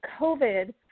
COVID